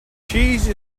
cheese